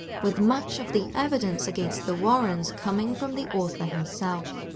with much of the evidence against the warrens coming from the author himself.